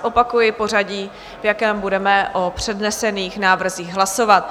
Zopakuji pořadí, v jakém budeme o přednesených návrzích hlasovat.